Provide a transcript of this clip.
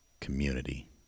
community